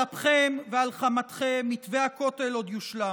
על אפכם ועל חמתכם מתווה הכותל עוד יושלם.